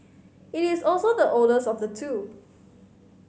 it is also the oldest of the two